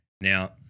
Now